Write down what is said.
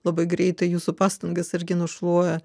labai greitai jūsų pastangas irgi nušluoja